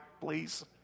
please